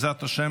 בעזרת השם,